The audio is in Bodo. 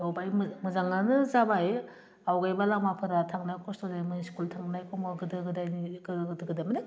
बाय मोजाङानो जाबाय आवगायबा लामाफोरा थांनो खस्थ' जायोमोन स्कुलाव थांनाय समाव गोदो गोदायनि गोदो गोदाय माने